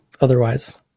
otherwise